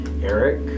Eric